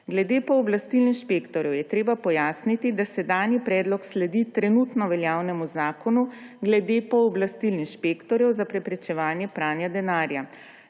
Glede pooblastil inšpektorjev je treba pojasniti, da sedanji predlog sledi trenutno veljavnemu zakonu glede pooblastil inšpektorjev za preprečevanje pranja denarja.